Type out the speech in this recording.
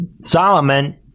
solomon